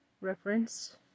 reference